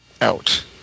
out